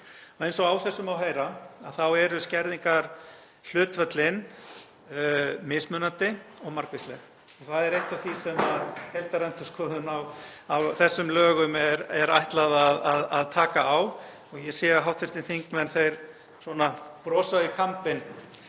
Eins og á þessu má heyra eru skerðingarhlutföllin mismunandi og margvísleg og það er eitt af því sem heildarendurskoðun á þessum lögum er ætlað að taka á. Ég sé að hv. þingmenn brosa í kampinn